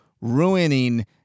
ruining